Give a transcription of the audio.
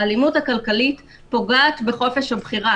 האלימות הכלכלית פוגעת בחופש הבחירה.